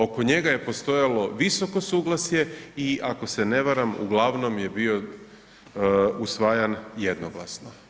Oko njega je postojalo visoko suglasje i ako se ne varam, uglavnom je bio usvajan jednoglasno.